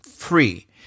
free